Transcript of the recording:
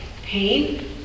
pain